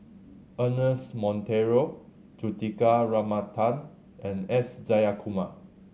Ernest Monteiro Juthika Ramanathan and S Jayakumar